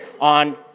on